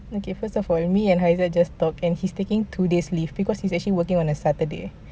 okay first of all me and haizal just talk and he's taking two days leave because he's actually working on a saturday